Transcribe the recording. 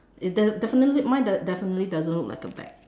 it de~ definitely mine de~ definitely doesn't look like a bag